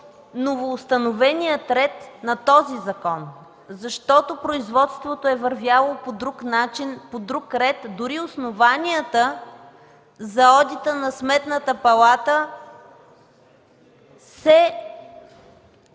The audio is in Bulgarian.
новоустановения ред на този закон, защото производството е вървяло по друг начин, по друг ред, дори основанията за одита на Сметната палата се